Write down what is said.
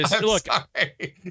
look